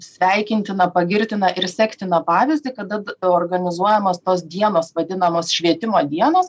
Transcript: sveikintiną pagirtiną ir sektiną pavyzdį kada organizuojamas tos dienos vadinamos švietimo dienos